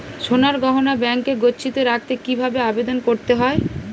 সোনার গহনা ব্যাংকে গচ্ছিত রাখতে কি ভাবে আবেদন করতে হয়?